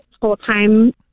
full-time